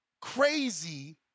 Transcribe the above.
crazy